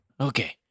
Okay